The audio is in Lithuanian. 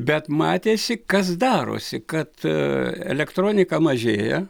bet matėsi kas darosi kad aaa elektronika mažėja